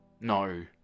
No